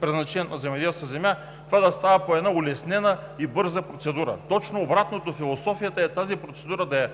предназначението на земеделската земя, да го прави по една улеснена и бърза процедура. Точно обратното, философията е тази процедура да е